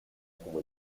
como